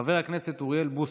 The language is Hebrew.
חבר הכנסת אוריאל בוסו,